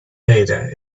data